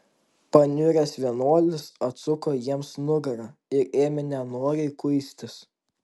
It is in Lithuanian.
paniuręs vienuolis atsuko jiems nugarą ir ėmė nenoriai kuistis